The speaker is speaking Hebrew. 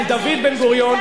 של דוד בן-גוריון,